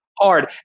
hard